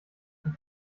für